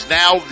now